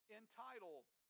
entitled